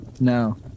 No